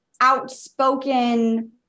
outspoken